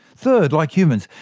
third, like humans,